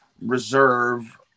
reserve